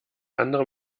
andere